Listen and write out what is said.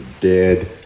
dead